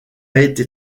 été